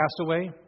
Castaway